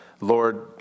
Lord